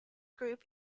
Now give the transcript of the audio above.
group